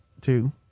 two